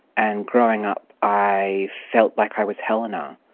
and growing up i felt like i was helena.